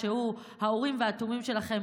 שהוא האורים והתומים שלכם,